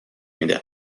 میدم